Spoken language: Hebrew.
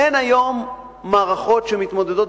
אין היום מערכות שמתמודדות,